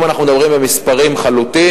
אם אנחנו מדברים במספרים חלוטים,